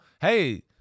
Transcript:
Hey